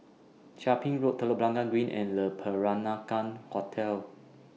Chia Ping Road Telok Blangah Green and Le Peranakan Hotel